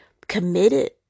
committed